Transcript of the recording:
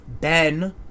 Ben